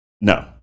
no